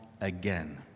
again